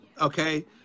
Okay